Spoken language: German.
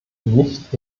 nicht